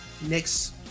next